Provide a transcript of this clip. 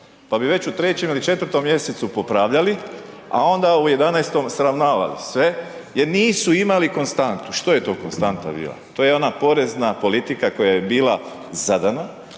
pa bi već u 3 ili 4 mjesecu popravljali, a onda u 11 sravnavali sve jer nisu imali konstantu. Što je to konstanta bila? To je ona porezna politika koja je bila zadana